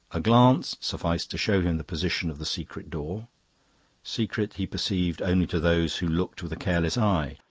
a glance sufficed to show him the position of the secret door secret, he perceived, only to those who looked with a careless eye.